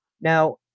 Now